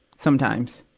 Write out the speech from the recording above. sometimes.